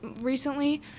recently